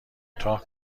کوتاه